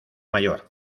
mayor